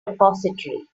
repository